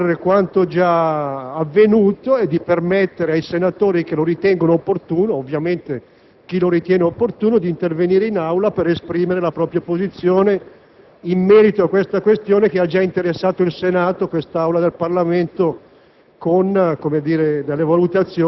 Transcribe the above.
ripercorrere quanto già avvenuto e di permettere ai senatori, che ovviamente lo ritengano opportuno, d'intervenire in Aula per esprimere la propria posizione in merito a questa questione che ha già interessato il Senato, questa Aula del Parlamento,